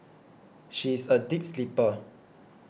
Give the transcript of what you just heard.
she is a deep sleeper